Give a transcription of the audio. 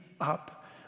up